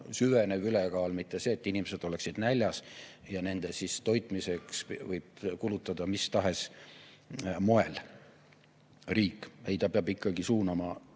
süvenev ülekaal, mitte see, et inimesed oleksid näljas ja nende toitmiseks võib riik kulutada mis tahes moel. Ei, ta peab suunama